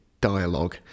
dialogue